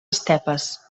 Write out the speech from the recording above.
estepes